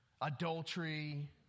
adultery